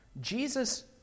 Jesus